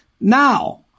Now